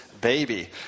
baby